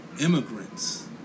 immigrants